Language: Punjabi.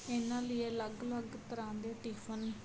ਇਹਨਾਂ ਲਈ ਅਲੱਗ ਅਲੱਗ ਤਰ੍ਹਾਂ ਦੇ ਟਿਫਨ